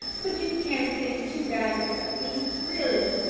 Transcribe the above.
but you can't think too badly of me, really.